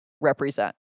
represent